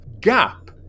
gap